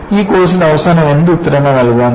ഈ കോഴ്സിന്റെ അവസാനം എന്തു ഉത്തരങ്ങൾ നൽകാൻ കഴിയും